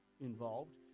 involved